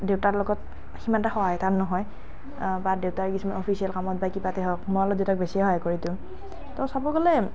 দেউতাৰ লগত সিমান তাৰ সহায় নহয় বা দেউতাৰ কিছুমান অফিছিয়েল কামত কিবাতে হওক মই অলপ দেউতাক বেছি সহায় কৰি দিওঁ তো চাব গ'লে